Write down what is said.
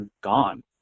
gone